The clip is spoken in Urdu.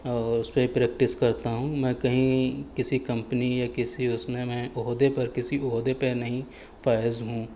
اور اس پہ ہی پریکٹس کرتا ہوں میں کہیں کسی کمپنی یا کسی اس میں میں عہدے پر کسی عہدے پہ نہیں فائز ہوں